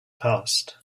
passed